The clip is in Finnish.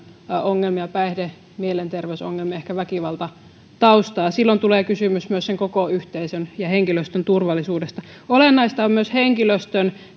ongelmia päihde ja mielenterveysongelmia ehkä väkivaltataustaa silloin tulee kysymys myös sen koko yhteisön ja henkilöstön turvallisuudesta olennaista on myös henkilöstön